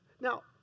Now